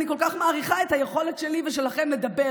אני כל כך מעריכה את היכולת שלי ושלכם לדבר,